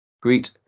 Greet